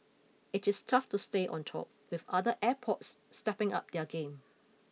it is tough to stay on top with other airports stepping up their game